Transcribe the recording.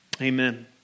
Amen